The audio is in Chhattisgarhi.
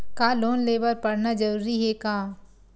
का लोन ले बर पढ़ना जरूरी हे का?